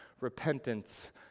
repentance